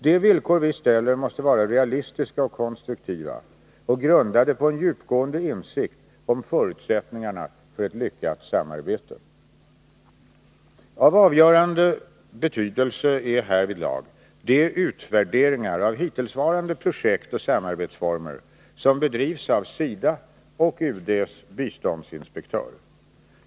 De villkor vi ställer måste vara realistiska och konstruktiva och grundade på en djupgående insikt om förutsättningarna för ett lyckat samarbete. Av avgörande betydelse härvidlag är de utvärderingar av hittillsvarande projekt och samarbetsformer som bedrivs av SIDA och UD:s biståndsinspektör.